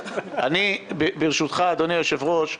ברשותך, אדוני היושב-ראש,